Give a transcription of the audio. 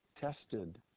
Tested